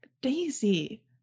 daisy